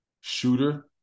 shooter